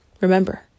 Remember